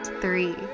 Three